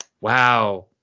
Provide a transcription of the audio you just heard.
wow